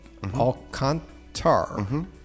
Alcantar